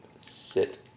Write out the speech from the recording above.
sit